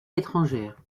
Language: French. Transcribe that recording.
étrangères